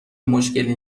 مشکلی